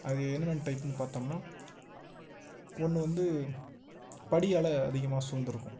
அது என்னென்ன டைப்புன்னு பார்த்தோம்னா ஒன்று வந்து படியால் அதிகமாக சூழ்ந்திருக்கும்